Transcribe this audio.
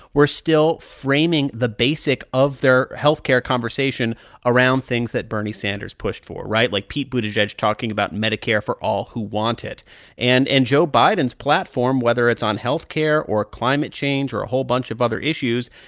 we're still framing the basic of their health care conversation around things that bernie sanders pushed for, right? like pete buttigieg talking about medicare for all who want it. and and joe biden's platform, whether it's on health care or climate change or a whole bunch of other issues,